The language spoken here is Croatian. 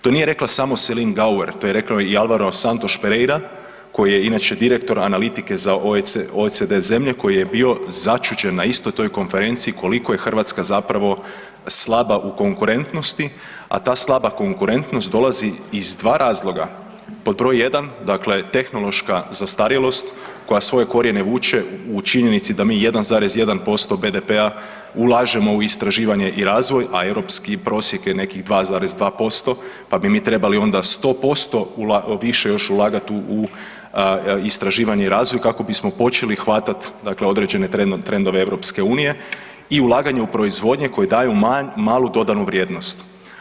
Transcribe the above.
To nije rekla samo Celine Gauer, to je rekao i Alvaro Santos Pereira koji je inače direktor analitike za OECD zemlje koji je bio začuđen na istoj toj konferenciji koliko je Hrvatska zapravo slaba u konkurentnosti, a ta slaba konkurentnost dolazi iz dva razloga, pod broj jedan, dakle tehnološka zastarjelost koja svoje korijene vuče u činjenici da mi 1,1% BDP-a ulažemo u istraživanje i razvoj, a europski prosjek je nekih 2,2%, pa bi mi onda morali 100% više još ulagati u istraživanje i razvoj kako bismo počeli hvatati dakle određene trendove Europske unije i ulaganje u proizvodnje koje daju malo dodanu vrijednost.